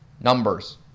Numbers